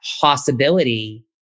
possibility